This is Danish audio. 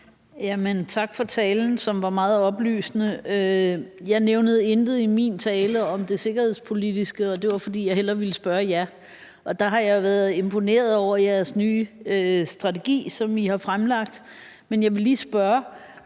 Tak for talen, som var meget oplysende. Jeg nævnte intet i min tale om det sikkerhedspolitiske, og det var, fordi jeg hellere ville spørge jer. Jeg har været imponeret over jeres nye strategi, som I har fremlagt, og jeg vil lige spørge